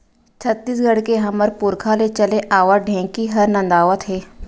छत्तीसगढ़ के हमर पुरखा ले चले आवत ढेंकी हर नंदावत हे